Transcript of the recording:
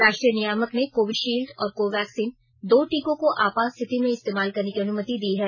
राष्ट्रीय नियामक ने कोविशील्ड और कोवैक्सीन दो टीकों को आपात स्थिति में इस्तेमाल करने की अनुमति दी है